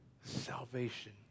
Salvation